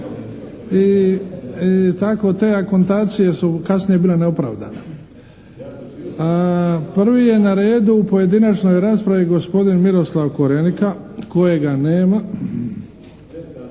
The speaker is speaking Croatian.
i tako te akontacije su kasnije bile neopravdane. A prvi je na redu u pojedinačnoj raspravi gospodin Miroslav Korenika kojega nema.